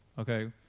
okay